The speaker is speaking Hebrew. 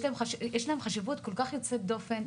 יש להם חשיבות יוצאת דופן,